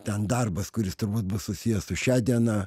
ten darbas kuris turbūt bus susiję su šia diena